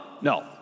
No